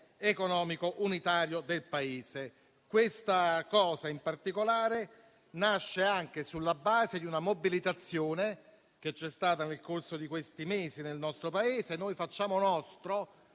economico unitario del Paese. Questa proposta in particolare nasce anche sulla base di una mobilitazione che c'è stata nel corso degli ultimi mesi nel nostro Paese. Noi facciamo nostro,